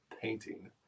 painting